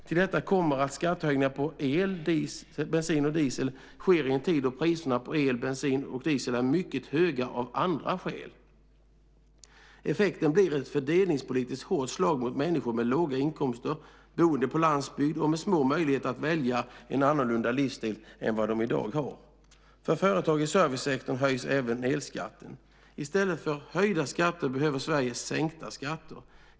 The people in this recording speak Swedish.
Till detta kommer att skattehöjningar på el, bensin och diesel sker i en tid då priserna på detta är mycket höga av andra skäl. Effekten blir ett fördelningspolitiskt hårt slag mot människor med låga inkomster som är boende på landsbygd och har små möjligheter att välja en annorlunda livsstil än vad de i dag har. För företag i servicesektorn höjs även elskatten. I stället för höjda skatter behöver Sverige sänkta skatter.